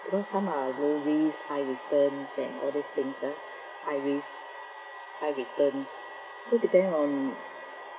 you know some are low risks high returns and all these things ah high risks high returns so depend on